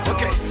Okay